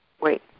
wait